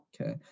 okay